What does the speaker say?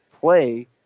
play